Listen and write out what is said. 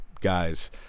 guys –